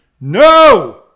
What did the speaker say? no